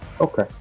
Okay